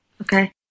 Okay